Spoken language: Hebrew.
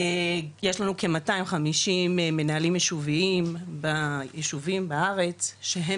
יש לנו כ-250 מנהלים יישוביים ביישובים בארץ שהם